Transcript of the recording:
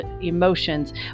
emotions